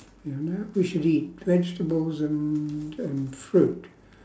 you know we should eat vegetables and um fruit